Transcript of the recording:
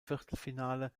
viertelfinale